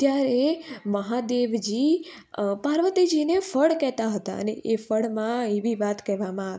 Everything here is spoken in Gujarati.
ત્યારે મહાદેવજી પાર્વતીજીને ફળ કહેતાં હતા અને એ ફળમાં એવી વાત કહેવામાં